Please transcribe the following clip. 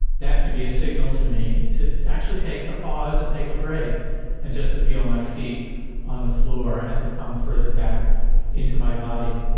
that can be a signal to me to actually take a pause and take a break and just to feel my feet on the floor and to come further back into my body.